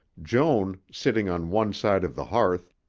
joan, sitting on one side of the hearth,